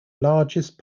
largest